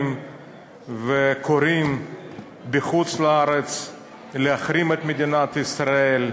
וקוראים בחוץ-לארץ להחרים את מדינת ישראל,